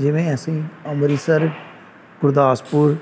ਜਿਵੇਂ ਅਸੀਂ ਅੰਮ੍ਰਿਤਸਰ ਗੁਰਦਾਸਪੁਰ